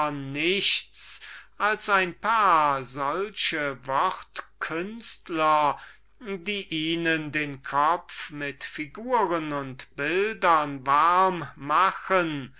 nichts als ein paar solche wortkünstler die ihnen den kopf mit figuren und lebhaften bildern warm machen